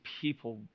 people